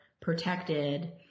protected